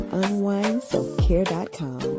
unwindselfcare.com